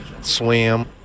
swim